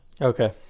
Okay